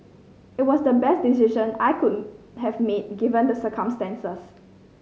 it was the best decision I could have made given the circumstances